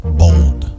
bold